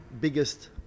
biggest